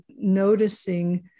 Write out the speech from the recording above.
noticing